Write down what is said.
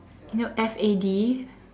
you know F A D